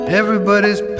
everybody's